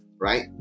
right